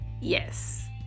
yes